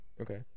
Okay